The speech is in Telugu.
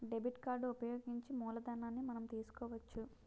డెబిట్ కార్డు ఉపయోగించి మూలధనాన్ని మనం తీసుకోవచ్చు